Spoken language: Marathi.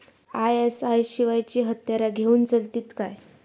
आय.एस.आय शिवायची हत्यारा घेऊन चलतीत काय?